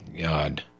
God